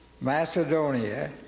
Macedonia